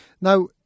Now